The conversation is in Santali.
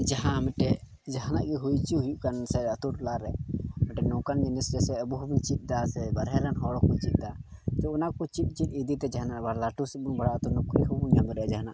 ᱡᱟᱦᱟᱸ ᱢᱤᱫᱴᱮᱡ ᱡᱟᱦᱟᱱᱟᱜ ᱜᱮ ᱦᱩᱭ ᱦᱚᱪᱚ ᱦᱩᱭᱩᱜ ᱠᱟᱱ ᱥᱮ ᱟᱹᱛᱩ ᱴᱚᱞᱟ ᱨᱮ ᱟᱹᱰᱤ ᱱᱚᱝᱠᱟᱱ ᱡᱤᱱᱤᱥ ᱥᱮ ᱟᱵᱚ ᱦᱚᱸᱵᱚᱱ ᱪᱮᱫ ᱫᱟ ᱥᱮ ᱵᱟᱦᱨᱮ ᱨᱮᱱ ᱦᱚᱲ ᱦᱚᱸᱠᱚ ᱪᱮᱫ ᱫᱟ ᱛᱳ ᱚᱱᱟ ᱠᱚ ᱪᱮᱫ ᱪᱮᱫ ᱤᱫᱤ ᱛᱮ ᱡᱟᱦᱟᱱᱟᱜ ᱟᱵᱟᱨ ᱞᱟᱹᱴᱩ ᱥᱮᱱ ᱵᱚᱱ ᱵᱟᱲᱦᱟᱣᱫᱟ ᱱᱚᱠᱨᱤ ᱦᱚᱸᱵᱚᱱ ᱧᱟᱢ ᱫᱟᱲᱮᱭᱟᱜᱼᱟ ᱡᱟᱦᱟᱱᱟᱜ